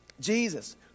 Jesus